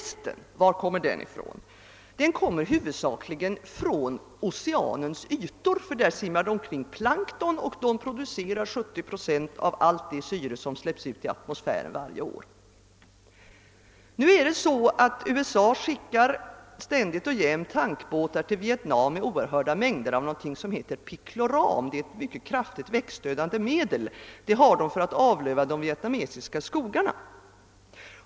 Var kommer resten ifrån? Den kommer huvudsakligen från oceanens yta. Där simmar omkring plankton, som producerar omkring 70 procent av allt det syre som släpps ut i atmosfären varje år. Nu förhåller det sig så, att USA skickar ständigt och jämt tankbåtar till Vietnam med oerhörda mängder av någonting som heter picloram, ett mycket kraftigt växtdödande medel. Det användes för att avlöva de vietnamesiska skogarna.